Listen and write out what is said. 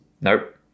Nope